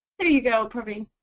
there you go, praveen.